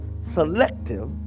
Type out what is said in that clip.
selective